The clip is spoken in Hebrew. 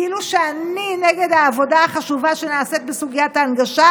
כאילו שאני נגד העבודה החשובה שנעשית בסוגיית ההנגשה,